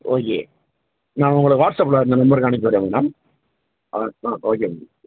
okay நான் உங்களுக்கு வாட்ஸ்அப்பில் இந்த நம்பருக்கு அனுப்பி விட்றேன் மேடம் ஆ ஆ ஓகே மேடம்